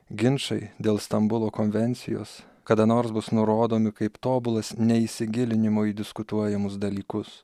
ginčai dėl stambulo konvencijos kada nors bus nurodomi kaip tobulas neįsigilinimo į diskutuojamus dalykus